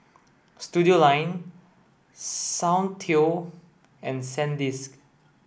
Studioline Soundteoh and Sandisk